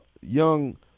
young